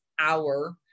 hour